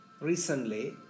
recently